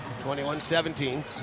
21-17